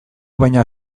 baina